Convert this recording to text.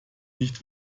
nicht